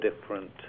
different